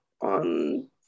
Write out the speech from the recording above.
on